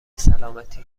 سلامتی